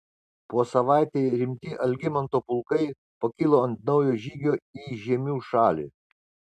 po savaitei rimti algimanto pulkai pakilo ant naujo žygio į žiemių šalį